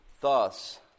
thus